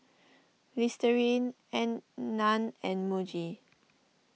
Listerine Nan and Muji